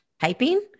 typing